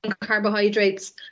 carbohydrates